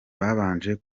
babanje